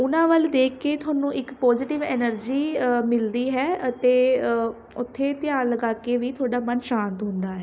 ਉਹਨਾਂ ਵੱਲ ਦੇਖ ਕੇ ਤੁਹਾਨੂੰ ਇੱਕ ਪੋਜੀਟਿਵ ਐਨਰਜੀ ਮਿਲਦੀ ਹੈ ਅਤੇ ਉੱਥੇ ਧਿਆਨ ਲਗਾ ਕੇ ਵੀ ਤੁਹਾਡਾ ਮਨ ਸ਼ਾਂਤ ਹੁੰਦਾ ਹੈ